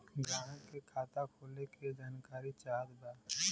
ग्राहक के खाता खोले के जानकारी चाहत बा?